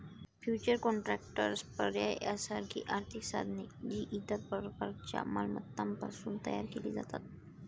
futures contracts, पर्याय यासारखी आर्थिक साधने, जी इतर प्रकारच्या मालमत्तांपासून तयार केली जातात